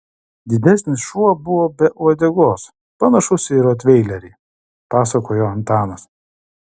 didesnis šuo buvo be uodegos panašus į rotveilerį pasakojo antanas